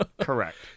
Correct